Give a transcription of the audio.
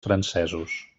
francesos